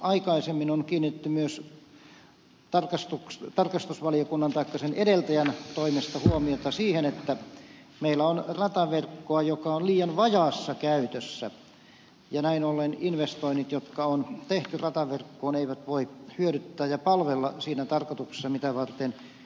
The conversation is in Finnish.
aikaisemmin on kiinnitetty myös tarkastusvaliokunnan taikka sen edeltäjän toimesta huomiota siihen että meillä on rataverkkoa joka on liian vajaassa käytössä ja näin ollen investoinnit jotka on tehty rataverkkoon eivät voi hyödyttää ja palvella siinä tarkoituksessa mitä varten radat ovat tehdyt